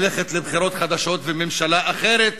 ללכת לבחירות חדשות ולממשלה אחרת,